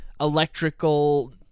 electrical